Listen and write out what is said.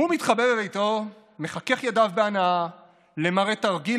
הוא מתחבר איתו ומחכך ידיו בהנאה למראה תרגיל